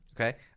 Okay